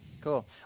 Cool